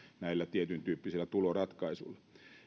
näillä tietyntyyppisillä tuloratkaisuilla